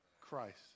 Christ